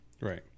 right